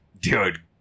Dude